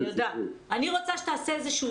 היות שהדיון שלנו פומבי שומעים אותך,